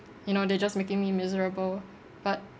you know they're just making me miserable but